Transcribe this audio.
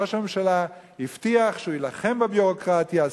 ראש הממשלה הבטיח שהוא יילחם בביורוקרטיה,